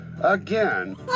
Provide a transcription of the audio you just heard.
Again